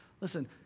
Listen